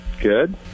good